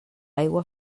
aigua